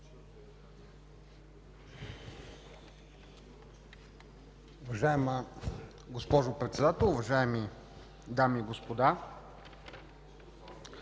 Уважаема госпожо Председател, уважаеми дами и господа!